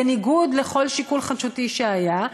בניגוד לכל שיקול חדשותי שהיה,